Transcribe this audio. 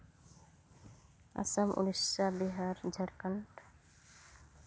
Assam Odisha Bihar Jharkhand